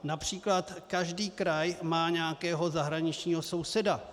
Například každý kraj má nějakého zahraničního souseda.